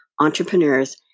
entrepreneurs